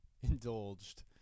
indulged